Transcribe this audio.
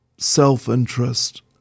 self-interest